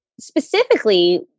specifically